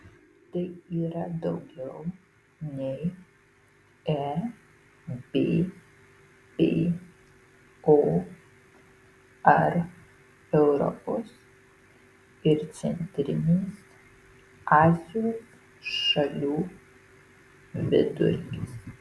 tai yra daugiau nei ebpo ar europos ir centrinės azijos šalių vidurkis